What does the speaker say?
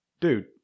dude